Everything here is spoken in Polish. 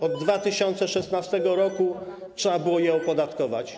Od 2016 r. trzeba było je opodatkować.